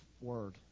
word